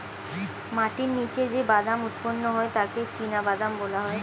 মাটির নিচে যে বাদাম উৎপন্ন হয় তাকে চিনাবাদাম বলা হয়